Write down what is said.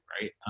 right